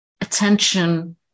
attention